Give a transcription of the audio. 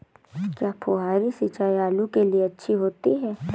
क्या फुहारी सिंचाई आलू के लिए अच्छी होती है?